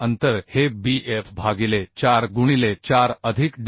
अंतर हे Bf भागिले 4 गुणिले 4 अधिक D